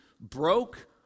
broke